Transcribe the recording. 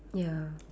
ya